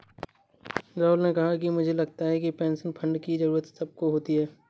राहुल ने कहा कि मुझे लगता है कि पेंशन फण्ड की जरूरत सबको होती है